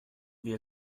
wir